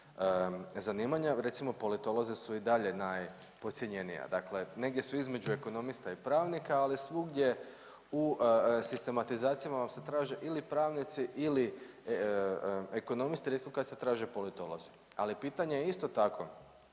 zanimanja. Recimo politolozi su i dalje najpodcijenjeniji, dakle negdje su između ekonomista i pravnika, ali svugdje u sistematizacijama vam se traže ili pravnici ili ekonomisti rijetko kad se traže politolozi. Ali pitanje je isto tako